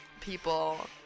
people